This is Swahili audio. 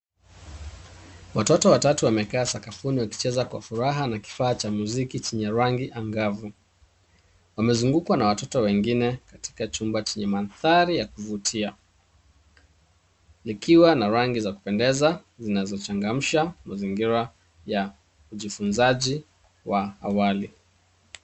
Watoto watatu wamekaa sakafuni wakicheza kwa furaha na kifaa cha mziki chenye rangi angavu. Wamezungukwa na watoto wengine katika chumba chenye mandhari ya kuvutia, likiwa na rangi za kupendeza zinazochangamsha mazingira ya ujifunzaji wa awali.